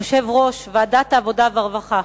יושב-ראש ועדת העבודה והרווחה,